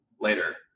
later